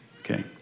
Okay